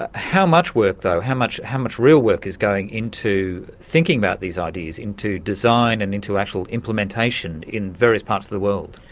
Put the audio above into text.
ah how much work though, how much how much real work is going into thinking about these ideas, into design and into actual implementation in various parts of the world.